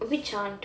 which aunt